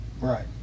right